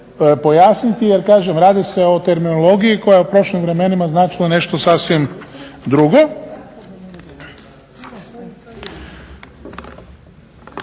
pojasniti jer kažem, radi se o terminologiji koja je u prošlim vremenima značila nešto sasvim drugo.